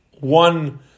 one